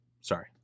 sorry